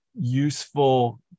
useful